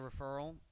referral